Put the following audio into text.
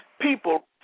people